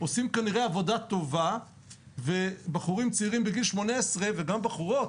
עושים כנראה עבודה טובה ובחורים צעירים בגיל 18 וגם בחורות